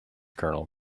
kernel